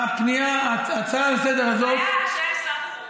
ההצעה לסדר-היום הזאת,